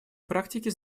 практике